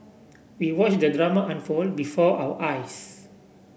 we watched the drama unfold before our eyes